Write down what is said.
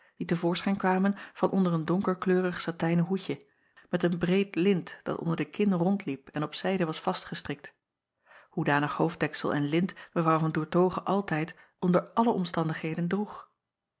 die te voorschijn kwamen van onder een donkerkleurig satijnen hoedje met een breed lint dat onder de kin rondliep en op zijde was vastgestrikt hoedanig hoofddeksel en lint w an oertoghe altijd onder alle omstandigheden droeg